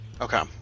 Okay